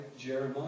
Jeremiah